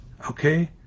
okay